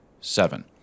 Seven